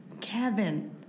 Kevin